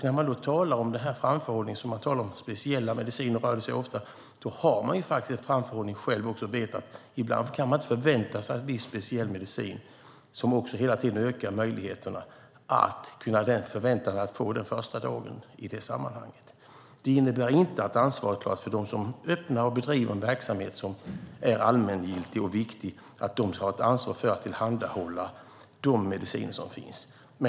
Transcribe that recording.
När det gäller speciella mediciner har man en framförhållning. Man kan inte förvänta sig att en viss speciell medicin ska finnas inne och att man ska kunna få den på första dagen. Det innebär dock inte att ansvaret är avklarat för dem som öppnar och bedriver en viktig och allmängiltig verksamhet. De har ett ansvar att tillhandahålla de mediciner som finns.